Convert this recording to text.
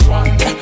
one